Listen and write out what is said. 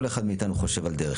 כל אחד מאיתנו חושב על דרך.